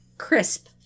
crisp